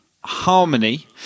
Harmony